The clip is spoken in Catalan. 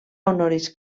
honoris